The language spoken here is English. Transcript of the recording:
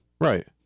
Right